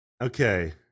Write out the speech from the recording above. Okay